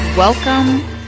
Welcome